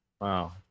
Wow